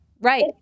Right